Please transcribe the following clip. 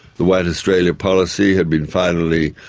the white australia policy had been finally,